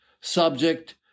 subject